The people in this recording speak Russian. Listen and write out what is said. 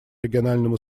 региональному